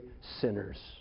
sinners